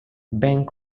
bank